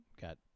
got